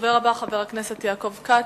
הדובר הבא, חבר הכנסת יעקב כץ.